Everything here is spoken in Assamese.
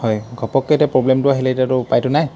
হয় ঘপককৈ এতিয়া প্ৰব্লেমটো আহিলে এতিয়া উপায়তো নাই